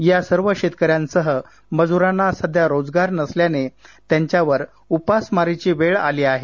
या सर्व शेतकऱ्यांसह मजूरांना सध्या रोजगार नसल्याने त्यांच्यावर उपासमारीची वेळ आली आहे